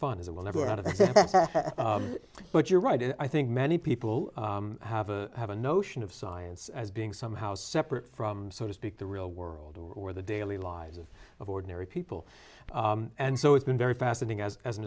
fun is it will never get out of it but you're right and i think many people have a have a notion of science as being somehow separate from so to speak the real world or the daily lives of ordinary people and so it's been very fascinating as as a